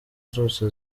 zose